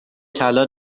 طلا